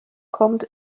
kommt